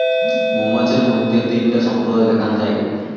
মৌমাছির মইধ্যে তিনটা সম্প্রদায় দ্যাখাঙ যাই